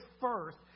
first